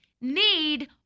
need